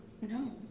No